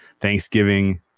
Thanksgiving